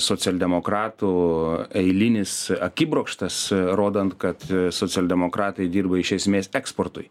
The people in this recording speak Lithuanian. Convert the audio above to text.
socialdemokratų eilinis akibrokštas rodant kad socialdemokratai dirba iš esmės eksportui